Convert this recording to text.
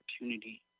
opportunity